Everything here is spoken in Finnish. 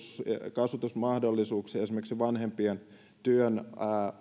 kasvatusmahdollisuuksia esimerkiksi vanhempien työn